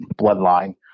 bloodline